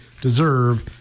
deserve